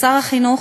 לשר החינוך,